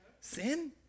sin